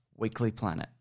weeklyplanet